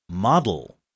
Model